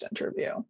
interview